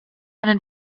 eine